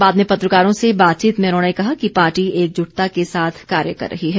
बाद में पत्रकारों से बातचीत में उन्होंने कहा कि पार्टी एकजुटता के साथ कार्य रही है